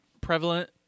prevalent